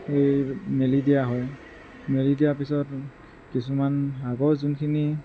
এই মেলি দিয়া হয় মেলি দিয়া পিছত কিছুমান আগৰ যোনখিনি